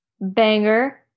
banger